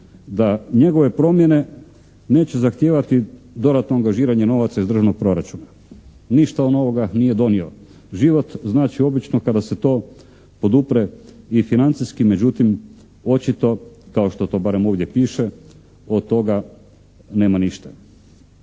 da njegove promjene neće zahtijevati dodatno angažiranje novaca iz državnog proračuna, ništa on novoga nije donio, život znači obično kada se to podupre i financijski, međutim očito kao što to barem ovdje piše od toga nema ništa.